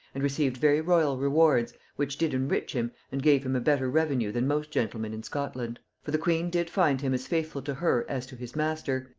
and received very royal rewards, which did enrich him, and gave him a better revenue than most gentlemen in scotland. for the queen did find him as faithful to her as to his master,